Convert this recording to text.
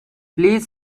please